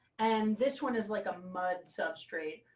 and this one is like a mud substrate.